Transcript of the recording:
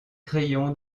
crayon